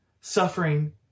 suffering